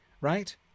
Right